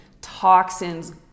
toxins